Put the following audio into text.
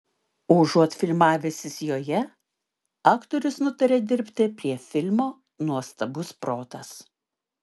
užuot filmavęsis joje aktorius nutarė dirbti prie filmo nuostabus protas